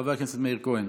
חבר הכנסת מאיר כהן,